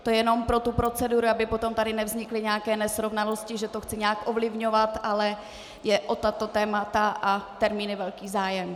To jenom pro tu proceduru, aby potom tady nevznikly nějaké nesrovnalosti, že to chci nějak ovlivňovat, ale je o tato témata a termíny velký zájem.